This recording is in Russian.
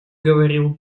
говорил